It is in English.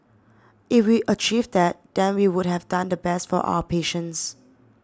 if we achieve that then we would have done the best for our patients